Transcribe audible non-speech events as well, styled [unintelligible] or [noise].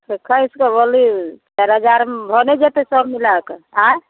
[unintelligible] चारि हजार मे भऽ नहि जेतै सब मिला के आंय